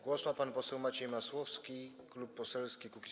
Głos ma pan poseł Maciej Masłowski, Klub Poselski Kukiz’15.